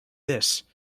this